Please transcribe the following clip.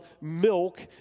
milk